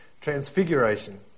Transfiguration